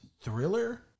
thriller